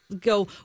go